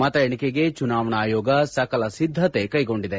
ಮತ ಎಣಿಕೆಗೆ ಚುನಾವಣಾ ಆಯೋಗ ಸಕಲ ಸಿದ್ದತೆ ಕೈಗೊಂಡಿದೆ